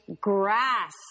grass